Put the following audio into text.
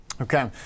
Okay